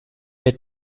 der